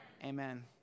Amen